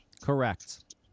Correct